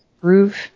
groove